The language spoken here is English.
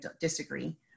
disagree